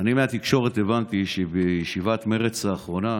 אני הבנתי מהתקשורת שבישיבת מרצ האחרונה